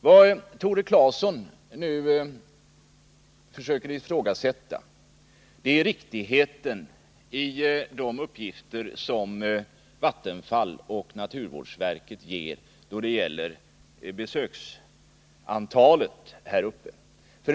Vad Tore Claeson nu försöker ifrågasätta är riktigheten i de uppgifter som Vattenfall och naturvårdsverket lämnar om besöksantalet däruppe.